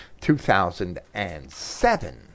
2007